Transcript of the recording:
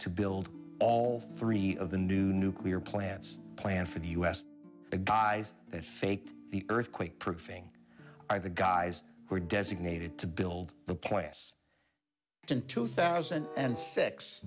to build all three of the new nuclear plants planned for the u s the guys that fake the earthquake proofing are the guys who are designated to build the quests in two thousand and six